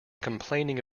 complaining